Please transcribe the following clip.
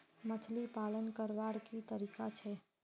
मछली पालन करवार की तरीका छे?